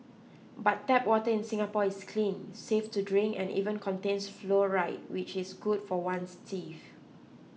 but tap water in Singapore is clean safe to drink and even contains fluoride which is good for one's teeth